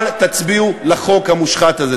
אל תצביעו לחוק המושחת הזה.